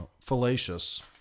fallacious